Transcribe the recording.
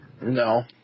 No